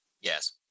Yes